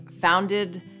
founded